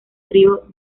frío